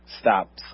stop